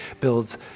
builds